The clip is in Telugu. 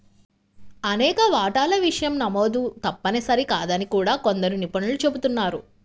అనేక వాటాల విషయం నమోదు తప్పనిసరి కాదని కూడా కొందరు నిపుణులు చెబుతున్నారు